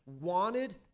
wanted